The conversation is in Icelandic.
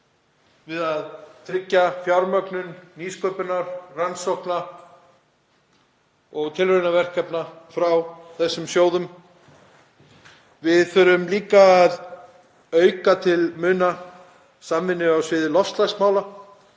við að tryggja fjármögnun nýsköpunar, rannsókna og tilraunaverkefna frá þessum sjóðum. Við þurfum líka að auka til muna samvinnu á sviði loftslagsmála